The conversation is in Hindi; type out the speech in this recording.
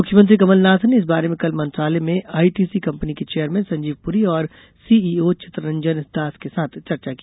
मुख्यमंत्री कमल नाथ ने इस बारे में कल मंत्रालय में आईटीसी कंपनी के चेयरमेन संजीव पुरी और सीईओ चितरंजन दास के साथ चर्चा की